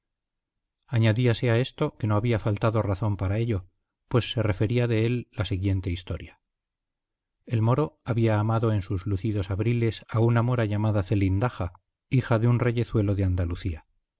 añadíase a esto que no había faltado razón para ello pues se refería de él la siguiente historia el moro había amado en sus lucidos abriles a una mora ramada zelindaja hija de un reyezuelo de andalucía